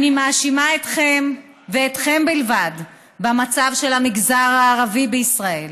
אני מאשימה אתכם ואתכם בלבד במצב של המגזר הערבי בישראל.